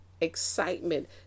excitement